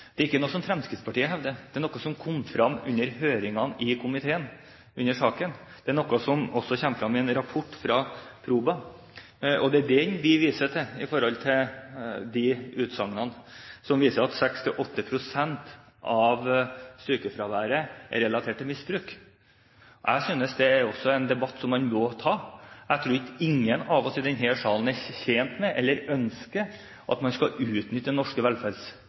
komiteen. Det er noe som også kommer frem i en rapport fra Proba, og det er den vi viser til når det gjelder de utsagnene som viser at 6–8 pst. av sykefraværet er relatert til misbruk. Jeg synes det er en debatt en må ta. Jeg tror ingen av oss her i denne salen er tjent med, eller ønsker, at man skal utnytte norske